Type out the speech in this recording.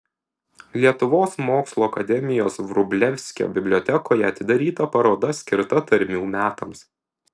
lietuvos mokslų akademijos vrublevskio bibliotekoje atidaryta paroda skirta tarmių metams